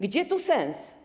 Gdzie tu sens?